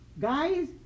guys